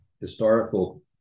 historical